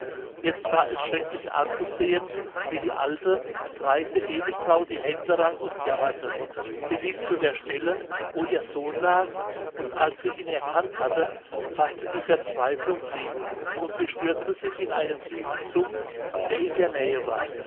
jetzt war es schrecklich anzusehen wie die alte greise edelfrau die hände rang und jammerte sie lief zu der stelle wo ihr sohn lag und als sie ihn erkannt hatte faßte die verzweiflung sie und sie stürzte sich in einen tiefen sumpf der in der nähe war